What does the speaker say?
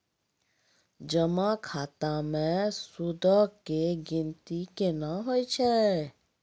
जमा खाता मे सूदो के गिनती केना होय छै?